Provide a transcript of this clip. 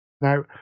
Now